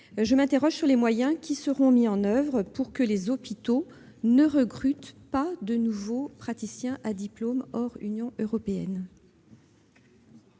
je m'interroge quant aux moyens qui seront mis en oeuvre pour que les hôpitaux ne recrutent pas de nouveaux praticiens à diplôme hors Union européenne.